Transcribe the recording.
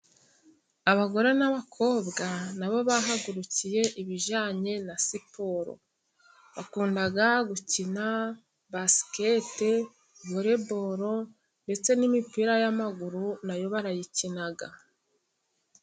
Abagore n'abakobwa na bo bahagurukiye ibijyanye na siporo, bakunda gukina basikete, volebolu, ndetse n'imipira y'amaguru na yo barayikina.